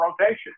rotation